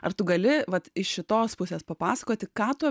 ar tu gali vat iš šitos pusės papasakoti ką tu